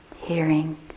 hearing